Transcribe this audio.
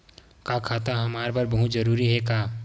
का खाता हमर बर बहुत जरूरी हे का?